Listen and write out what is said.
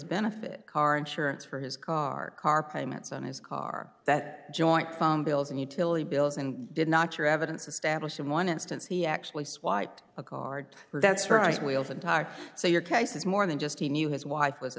benefit car insurance for his car car payments on his car that joint phone bills and utility bills and did not your evidence of stablish in one instance he actually swiped a card that's right we often talk so your case is more than just he knew his wife was a